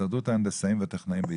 הסתדרות ההנדסאים והטכנאים בישראל,